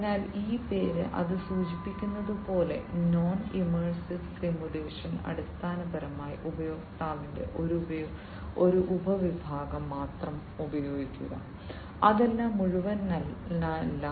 അതിനാൽ ഈ പേര് അത് സൂചിപ്പിക്കുന്നത് പോലെ നോൺ ഇമ്മേഴ്സീവ് സിമുലേഷൻ അടിസ്ഥാനപരമായി ഉപയോക്താവിന്റെ ഒരു ഉപവിഭാഗം മാത്രം ഉപയോഗിക്കുക അതെല്ലാം മുഴുവനായല്ല